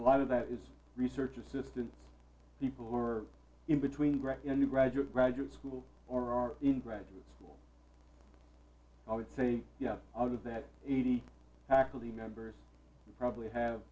a lot of that is research assistant people who are in between gretna new graduate graduate school or are in graduate school i would say yeah i'll do that eighty actually members probably have